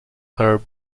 her